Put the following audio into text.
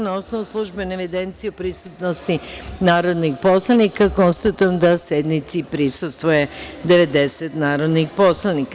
Na osnovu službene evidencije o prisutnosti narodnih poslanika, konstatujem da sednici prisustvuje 90 narodih poslanika.